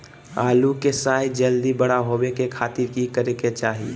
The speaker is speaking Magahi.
आलू के साइज जल्दी बड़ा होबे के खातिर की करे के चाही?